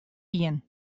ien